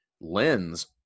lens